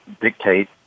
dictate